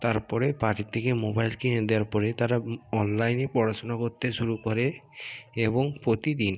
তারপরে বাড়ি থেকে মোবাইল কিনে দেওয়ার পরে তারা অনলাইনে পড়াশোনা করতে শুরু করে এবং প্রতিদিন